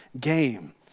game